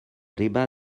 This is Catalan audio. riba